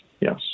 Yes